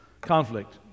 conflict